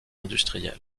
industriels